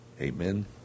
Amen